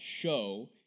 show